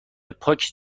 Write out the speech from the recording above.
پاک